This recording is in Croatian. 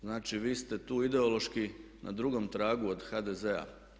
Znači, vi ste tu ideološki na drugom tragu od HDZ-a.